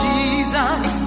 Jesus